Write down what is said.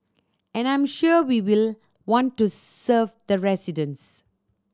and I'm sure we will want to serve the residents